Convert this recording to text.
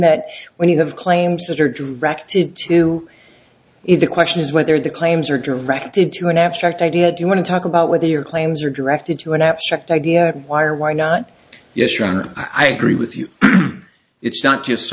that when you have claims that are directed to it the question is whether the claims are directed to an abstract idea do you want to talk about whether your claims are directed to an abstract idea why or why not yes ron i agree with you it's not just